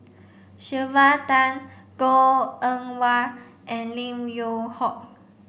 Sylvia Tan Goh Eng Wah and Lim Yew Hock